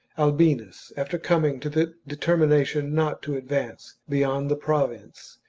albinus, after coming to the determination not to ad vance beyond the province,